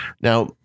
Now